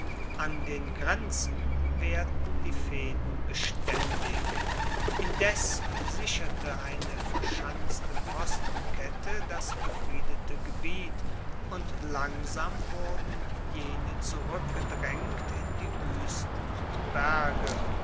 an den grenzen waehrten die fehden bestaendig indes sicherte eine verschanzte postenkette das befriedete gebiet und langsam wurden jene zurueckgedraengt in die wuesten und berge